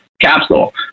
capsule